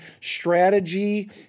strategy